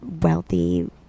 wealthy